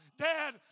Dad